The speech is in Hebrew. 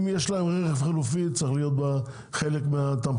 אם יש להם רכב חלופי זה צריך להיות חלק מהתמחיר.